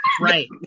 right